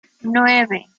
nueve